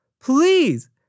please